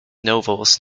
novels